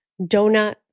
donut